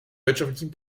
wirtschaftlichen